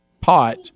pot